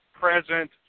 present